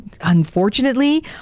unfortunately